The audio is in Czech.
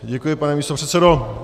Děkuji, pane místopředsedo.